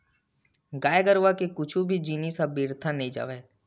गाय गरुवा के कुछु भी जिनिस ह बिरथा नइ जावय